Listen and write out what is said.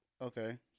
Okay